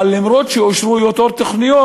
אבל גם אם אושרו יותר תוכניות,